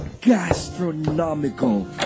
gastronomical